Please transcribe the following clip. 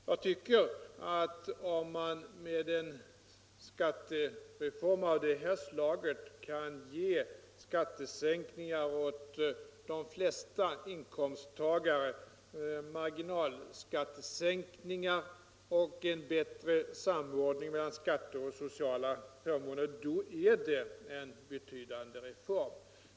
Jag tycker att om man med en skattereform av det här slaget kan ge skattesänkningar åt de flesta inkomsttagare, marginalskattesänkningar och en bättre samordning mellan skatter och sociala förmåner, då är det en betydande reform.